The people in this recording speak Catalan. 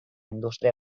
indústria